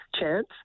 chance